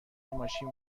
ماشین